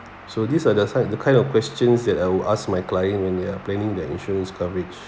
so these are the side the kind of questions that I will ask my client when they are planning their insurance coverage